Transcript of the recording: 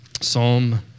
Psalm